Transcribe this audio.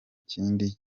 kindi